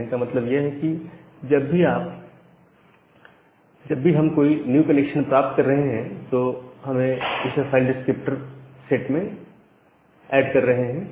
कहने का मतलब यह है कि जब भी हम कोई न्यू कनेक्शन प्राप्त कर रहे हैं तो हम इसे फाइल डिस्क्रिप्टर सेट में ऐड कर रहे हैं